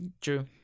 True